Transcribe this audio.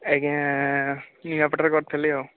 ଆଜ୍ଞା ନିମାପଡ଼ାରେ କରିଥିଲି ଆଉ